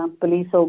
police